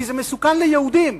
כי זה מסוכן ליהודים,